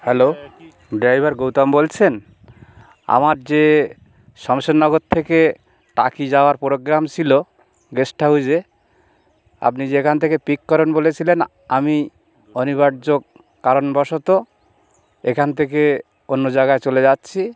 hello driver Gautam বলছেন আমার যে সামসুর নগর থেকে টাকি যাওয়ার প্রোগ্রাম ছিল গেস্ট হাউসে আপনি যেখান থেকে পিক করেন বলেছিলেন আমি অনিবার্য কারণবশত এখান থেকে অন্য জায়গায় চলে যাচ্ছি